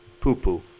poo-poo